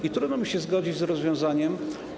I trudno mi się zgodzić z rozwiązaniem.